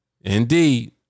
Indeed